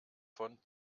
von